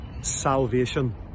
salvation